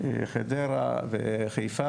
את חדרה וחיפה.